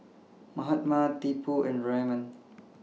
Mahatma Tipu and Raman